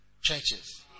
churches